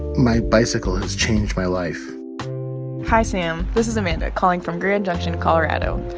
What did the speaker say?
my bicycle has changed my life hi, sam. this is amanda, calling from grand junction, colo. and